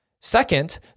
Second